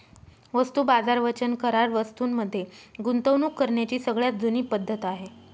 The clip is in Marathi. वस्तू बाजार वचन करार वस्तूं मध्ये गुंतवणूक करण्याची सगळ्यात जुनी पद्धत आहे